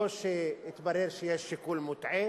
לא שהתברר שיש שיקול מוטעה